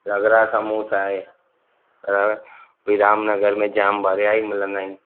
रगरा समोसा आहे भई रामनगर में जाम भरिया ई मिलंदा आहिनि